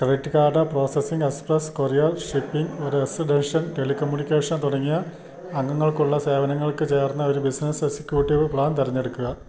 credit card processing express courier shipping residential telecommunication തുടങ്ങിയ അംഗങ്ങൾക്കുള്ള സേവനങ്ങൾക്ക് ചേർന്ന ഒരു ബിസിനസ് എക്സിക്യൂട്ടീവ് പ്ലാൻ തെരഞ്ഞെടുക്കുക